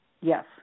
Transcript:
Yes